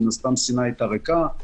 מן הסתם סיני הייתה ריקה.